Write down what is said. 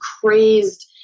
crazed